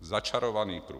Začarovaný kruh.